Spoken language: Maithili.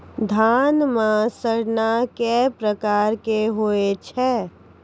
धान म सड़ना कै प्रकार के होय छै?